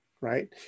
right